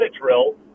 drill